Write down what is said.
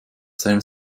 seinem